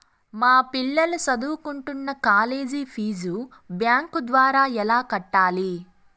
మా పిల్లలు సదువుకుంటున్న కాలేజీ ఫీజు బ్యాంకు ద్వారా ఎలా కట్టాలి?